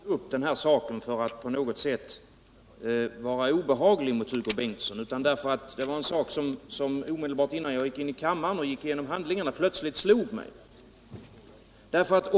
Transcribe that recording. Herr talman! Jag tog inte upp den här saken för att på något sätt vara obehaglig mot Hugo Bengtsson utan därför att det var en sak som plötsligt slog mig när jag läste igenom handlingarna omedelbart innan jag skulle gå in i kammaren.